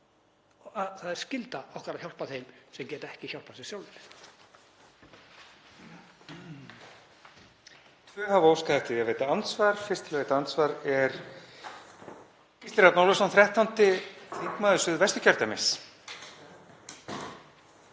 að það er skylda okkar að hjálpa þeim sem geta ekki hjálpað sér sjálfir.